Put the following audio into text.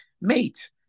mate